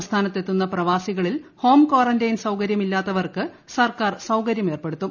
സംസ്ഥാനത്തെത്തുന്ന പ്രവാസികളിൽ home quarantine സൌകര്യമില്ലാത്തവർക്ക് സർക്കാർ സൌകര്യം ഏർപ്പെടുത്തും